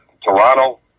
Toronto